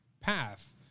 path